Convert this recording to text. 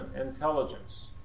intelligence